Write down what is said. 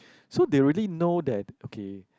so they already know that okay